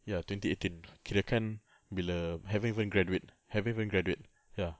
ya twenty eighteen kirakan bila haven't even graduate haven't even graduate ya